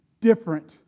different